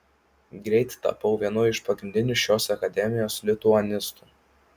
greit tapau vienu iš pagrindinių šios akademijos lituanistų